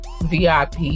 VIP